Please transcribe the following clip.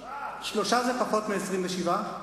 שלושה זה פחות מ-27,